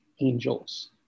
angels